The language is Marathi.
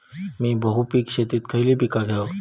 मी बहुपिक शेतीत खयली पीका घेव?